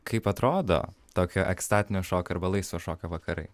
kaip atrodo tokio ekstatinio šokio arba laisvo šokio vakarai